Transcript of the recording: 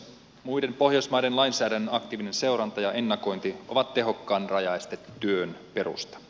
muiden pohjoismaiden lainsäädännön aktiivinen seuranta ja ennakointi ovat tehokkaan rajaestetyön perusta